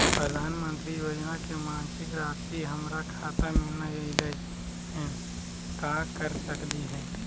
प्रधानमंत्री योजना के मासिक रासि हमरा खाता में नई आइलई हई, का कर सकली हई?